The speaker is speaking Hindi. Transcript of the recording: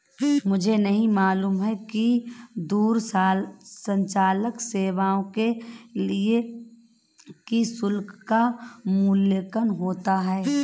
मुझे नहीं मालूम कि दूरसंचार सेवाओं के लिए किस शुल्क का मूल्यांकन होता है?